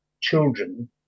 children